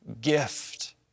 gift